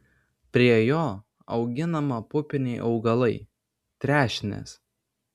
prie jo auginama pupiniai augalai trešnės